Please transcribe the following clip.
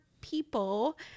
people